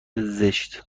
زشت